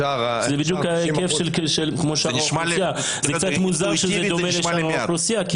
זה קצת מוזר שזה דומה לשאר האוכלוסייה,